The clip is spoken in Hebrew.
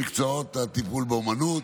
הסדרת העיסוק במקצועות הטיפול באומנות,